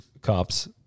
cops